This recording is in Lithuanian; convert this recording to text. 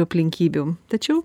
aplinkybių tačiau